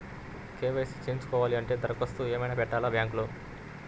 KYC చేయించుకోవాలి అంటే దరఖాస్తు ఏమయినా పెట్టాలా బ్యాంకులో?